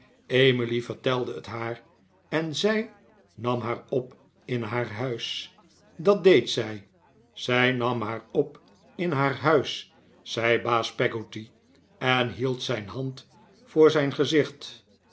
emily vertelde het haar en zij nam haar op in haar huis dat deed zij zij nam haar op in haar huis zei baas peggotty en hield zijn hand voor zijn gezicht